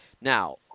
Now –